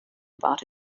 about